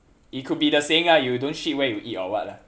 it could be the saying ah you don't shit where eat or what lah